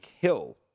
Hill